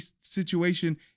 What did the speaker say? situation